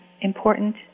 important